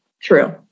true